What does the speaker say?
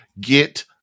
get